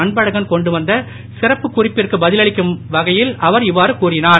அன்பழகன் கொண்டு வந்த சிறப்பு குறிப்பிற்கு பதிலளிக்கையில் அவர் இவ்வாறு கூறினார்